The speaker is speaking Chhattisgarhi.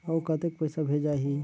अउ कतेक पइसा भेजाही?